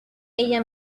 ella